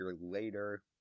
later